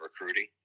recruiting